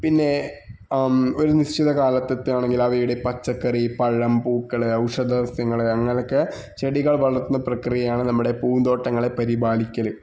പിന്നെ ഒരു നിശ്ചിതകാലത്തെത്തുകയാണെങ്കില് ആ വീട് പച്ചക്കറി പഴം പൂക്കള് ഔഷധസസ്യങ്ങള് അങ്ങനൊക്കെ ചെടികള് വളര്ത്തുന്ന പ്രക്രിയയാണ് നമ്മുടെ പൂന്തോട്ടങ്ങളെ പരിപാലിക്കല്